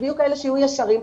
יהיו כאלה שיהיו ישרים,